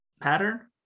pattern